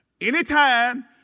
Anytime